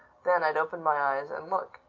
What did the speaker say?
then i'd open my eyes and look.